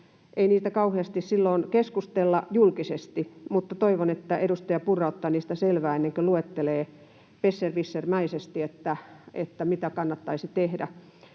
ei kauheasti silloin keskustella julkisesti, mutta toivon, että edustaja Purra ottaa niistä selvää ennen kuin luettelee besserwissermäisesti, mitä kannattaisi tehdä.